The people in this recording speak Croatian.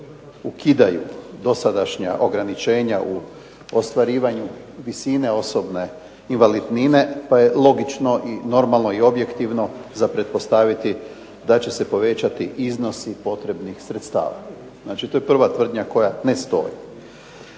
ukidaju dosadašnja ograničenja u ostvarivanju visine osobne invalidnine pa je logično i normalno i objektivno za pretpostaviti da će se povećati iznosi potrebnih sredstava. Znači to je prva tvrdnja koja ne stoji.